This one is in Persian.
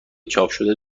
چاپشده